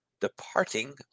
departing